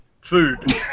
Food